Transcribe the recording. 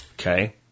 Okay